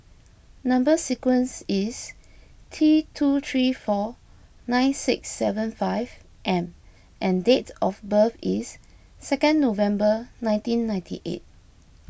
Number Sequence is T two three four nine six seven five M and and dates of birth is second November nineteen ninety eight